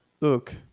look